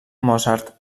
mozart